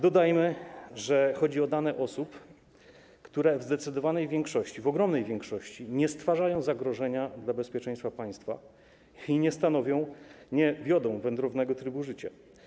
Dodajmy, że chodzi o dane osób, które w zdecydowanej, w ogromnej większości nie stwarzają zagrożenia dla bezpieczeństwa państwa ani nie wiodą wędrownego trybu życia.